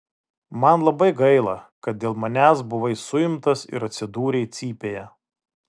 man labai gaila kad dėl manęs buvai suimtas ir atsidūrei cypėje